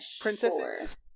princesses